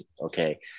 okay